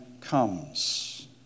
comes